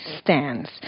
stands